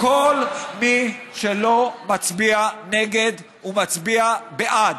כל מי שלא מצביע נגד, הוא מצביע בעד.